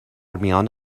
میان